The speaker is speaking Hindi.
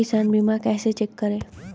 किसान बीमा कैसे चेक करें?